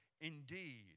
Indeed